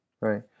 right